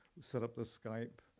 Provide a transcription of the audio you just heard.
set up the skype,